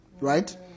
Right